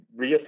reassess